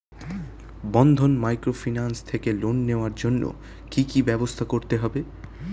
বন্ধন microfinance থেকে loan নেওয়ার জন্য কি কি ব্যবস্থা করতে হবে?